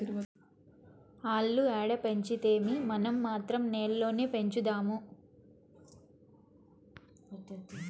ఆల్లు ఏడ పెంచితేమీ, మనం మాత్రం నేల్లోనే పెంచుదాము